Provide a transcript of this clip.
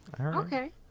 Okay